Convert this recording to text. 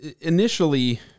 initially